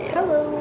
Hello